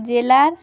জেলার